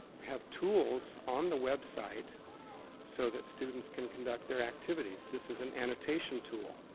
we have tools on the website so that students can conduct their activities. this is an annotation tool.